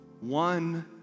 One